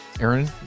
Aaron